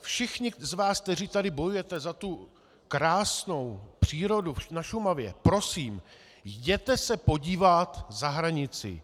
Všichni z vás, kteří tady bojujete za tu krásnou přírodu na Šumavě, prosím, jděte se podívat za hranici.